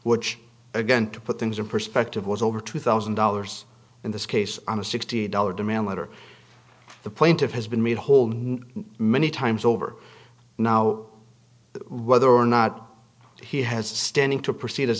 which again to put things in perspective was over two thousand dollars in this case on a sixty dollars demand letter the plaintiff has been made to hold many times over now whether or not he has standing to proceed as